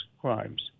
crimes